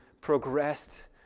progressed